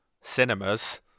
cinemas